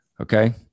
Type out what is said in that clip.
okay